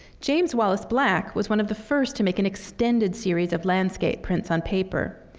james wallace black was one of the first to make an extended series of landscape prints on paper.